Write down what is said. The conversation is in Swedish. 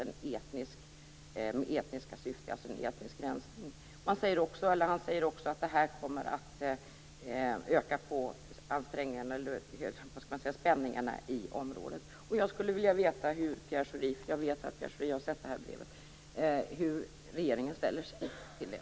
Det är alltså fråga om en etnisk rensning. Han säger också att detta kommer att öka spänningarna i området. Jag vet att Pierre Schori har sett det här brevet.